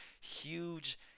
huge